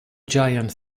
giant